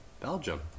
Belgium